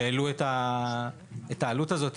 והעלו את העלות הזאת.